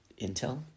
Intel